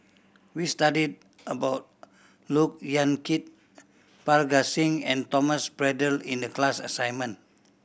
we studied about Look Yan Kit Parga Singh and Thomas Braddell in the class assignment